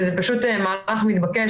וזה פשוט מהפך מתבקש,